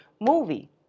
movie